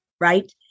right